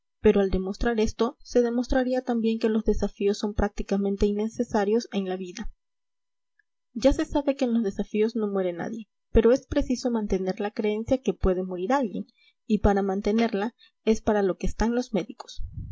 pero al demostrar esto se demostraría también que los desafíos son prácticamente innecesarios en la vida ya se sabe que en los desafíos no muere nadie pero es preciso mantener la creencia de que puede morir alguien y para mantenerla es para lo que están los médicos